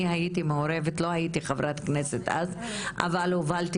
שאני הייתי מעורבת ולא הייתי חברת כנסת אז אבל הובלתי